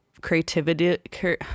creativity